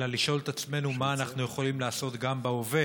אלא לשאול את עצמנו מה אנחנו יכולים לעשות גם בהווה